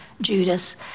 Judas